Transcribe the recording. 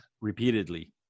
repeatedly